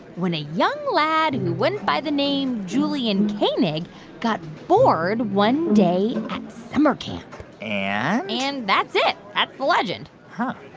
when a young lad who went by the name julian koenig got bored one day at summer camp and? and that's it. that's the legend huh